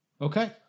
Okay